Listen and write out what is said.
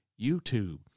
YouTube